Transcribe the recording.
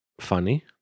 funny